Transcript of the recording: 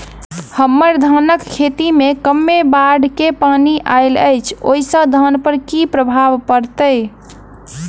हम्मर धानक खेत मे कमे बाढ़ केँ पानि आइल अछि, ओय सँ धान पर की प्रभाव पड़तै?